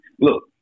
Look